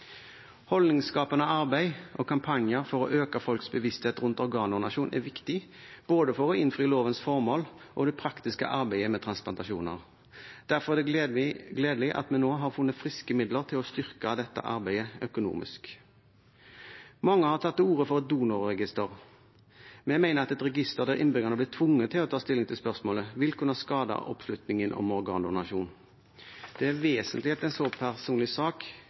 Holdningsskapende arbeid og kampanjer for å øke folks bevissthet rundt organdonasjon er viktig både for å innfri lovens formål og for det praktiske arbeidet med transplantasjoner. Derfor er det gledelig at vi nå har funnet friske midler til å styrke dette arbeidet økonomisk. Mange har tatt til orde for et donorregister. Vi mener at et register der innbyggerne blir tvunget til å ta stilling til spørsmålet, vil kunne skade oppslutningen om organdonasjon. Det er vesentlig at en så personlig sak